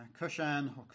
Kushan